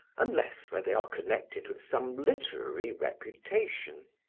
unless where they are connected with some literary reputation.